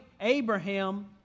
Abraham